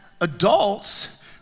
adults